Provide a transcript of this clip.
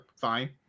fine